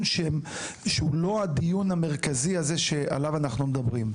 שהוא לא הדיון המרכזי שעליו אנחנו מדברים.